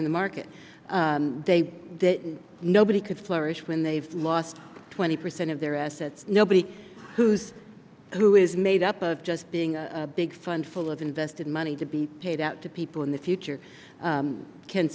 in the market they didn't nobody could flourish when they've lost twenty percent of their assets nobody who's who is made up of just being a big fund full of invested money to be paid out to people in the future